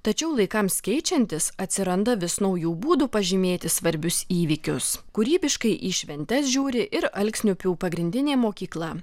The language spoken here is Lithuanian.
tačiau laikams keičiantis atsiranda vis naujų būdų pažymėti svarbius įvykius kūrybiškai į šventes žiūri ir alksniupių pagrindinė mokykla